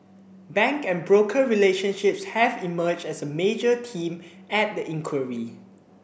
bank and broker relationships have emerged as a major theme at the inquiry